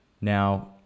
now